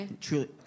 truly